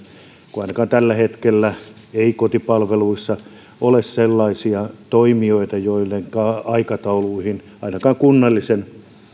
kun ainakaan tällä hetkellä ei kotipalveluissa ole sellaisia toimijoita joidenka aikatauluihin ainakin kunnallisen